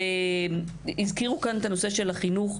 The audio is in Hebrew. הוזכר נושא החינוך,